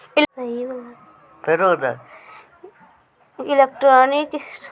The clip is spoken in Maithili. इलेक्ट्रॉनिक क्लियरिंग सिस्टम आबे बैंको के साथे पोस्ट आफिसो मे भी इस्तेमाल होय छै